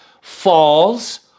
falls